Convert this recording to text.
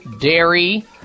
dairy